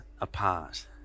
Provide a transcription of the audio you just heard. apart